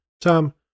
Tom